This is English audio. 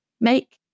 make